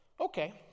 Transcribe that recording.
Okay